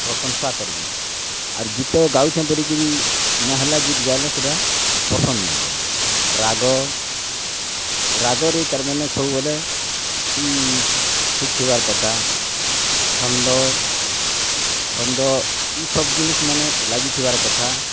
ପ୍ରଶଂସା କର୍ବେ ଆର୍ ଗୀତ ଗାଉଛେ ବୋଲିକରି ନାଏଁ ହେଲେ ଗୀତ ଗାଇଲେ ସେଇଟା ପସନ୍ଦ ନାଇଁଲାଗି ରାଗ ରାଗରେ ତା ର୍ ମାନେ ସବୁ ବୋଲେ ଇ ଠିକ୍ ଥିବାର୍ କଥା ଛାନ୍ଦ ଛନ୍ଦ ଇ ସବୁ ଜିନିଷ୍ମାନେ ଲାଗିଥିବାର କଥା